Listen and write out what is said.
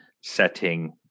setting